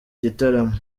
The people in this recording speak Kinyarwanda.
gitaramo